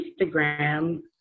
Instagram